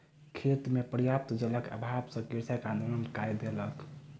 खेत मे पर्याप्त जलक अभाव सॅ कृषक आंदोलन कय देलक